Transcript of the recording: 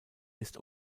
ist